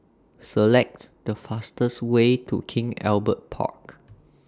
Select The fastest Way to King Albert Park